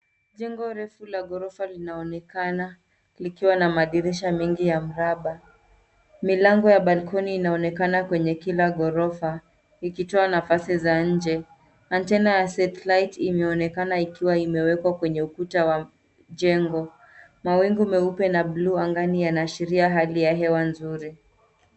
Jengo refu la ghorofa linaonekana likiwa na madirisha mengi ya mraba. Milango ya balcony inaonekana kwenye kila ghorofa ikitoa nafasi za nje. Majina ya satellite imeonekana ikiwa imewekwa kwenye ukuta wa jengo. Mawingu meupe na buluu angani yanaashiria hali ya hewa nzuri.